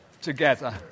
together